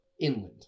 inland